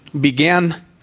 began